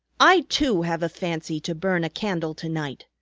i too have a fancy to burn a candle to-night.